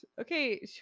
Okay